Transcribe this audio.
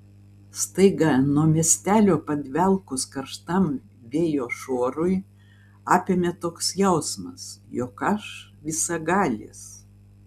staiga nuo miestelio padvelkus karštam vėjo šuorui apėmė toks jausmas jog aš visagalis